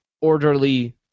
orderly